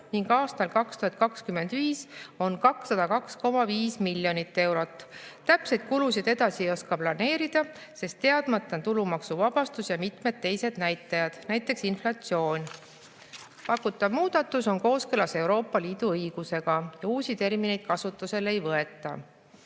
ning aastal 2025 on 202,5 miljonit eurot. Täpseid kulusid edasi ei oska planeerida, sest teadmata on tulumaksuvabastus ja mitmed teised näitajad, näiteks inflatsioon. Pakutav muudatus on kooskõlas Euroopa Liidu õigusega ja uusi termineid kasutusele ei võeta.